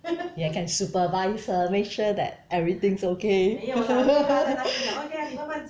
ya can supervise her make sure that everything's okay